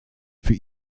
für